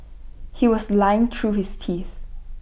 he was lying through his teeth